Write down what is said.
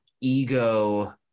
ego